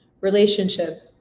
relationship